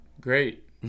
Great